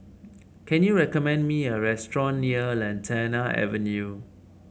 can you recommend me a restaurant near Lantana Avenue